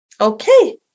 Okay